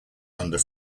under